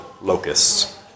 locusts